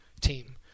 team